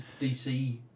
DC